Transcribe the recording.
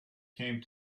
came